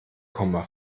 komma